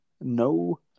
No